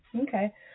Okay